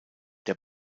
der